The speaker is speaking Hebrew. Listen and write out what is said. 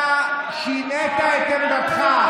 אתה שינית את עמדתך.